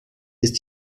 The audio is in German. ist